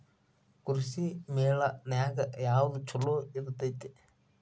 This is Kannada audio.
ಕೃಷಿಮೇಳ ನ್ಯಾಗ ಯಾವ್ದ ಛಲೋ ಇರ್ತೆತಿ?